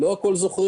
לא את הכול זוכרים,